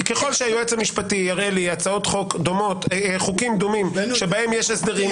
ככל שהיועץ המשפטי יראה לי חוקים דומים שבהם יש הסדרים,